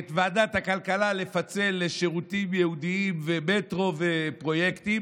את ועדת הכלכלה לפצל לשירותים ייעודיים ומטרו ופרויקטים